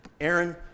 Aaron